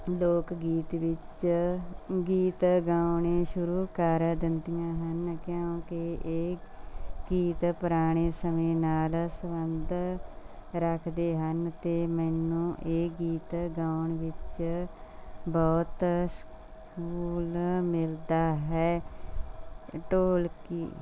ਲੋਕ ਗੀਤ ਵਿੱਚ ਗੀਤ ਗਾਉਣੇ ਸ਼ੁਰੂ ਕਰ ਦਿੰਦੀਆਂ ਹਨ ਕਿਉਂਕਿ ਇਹ ਗੀਤ ਪੁਰਾਣੇ ਸਮੇਂ ਨਾਲ ਸਬੰਧ ਰੱਖਦੇ ਹਨ ਅਤੇ ਮੈਨੂੰ ਇਹ ਗੀਤ ਗਾਉਣ ਵਿੱਚ ਬਹੁਤ ਸਕੂਨ ਮਿਲਦਾ ਹੈ ਢੋਲਕੀ